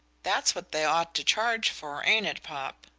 that's what they ought to charge for, ain't it, popp?